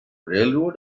railroad